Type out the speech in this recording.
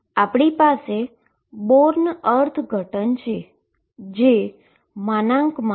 આપણી પાસે born - interpretation છે